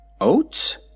Oats